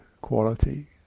quality